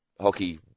Hockey